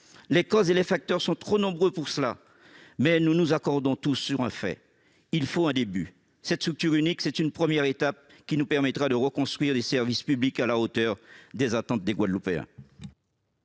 les causes et les facteurs sont trop nombreux, mais nous nous accordons tous sur un fait : il faut un début. Cette structure unique est une première étape, qui nous permettra de reconstruire des services publics à la hauteur des attentes des Guadeloupéens.